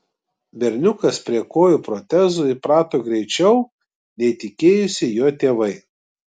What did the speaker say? berniukas prie kojų protezų įprato greičiau nei tikėjosi jo tėvai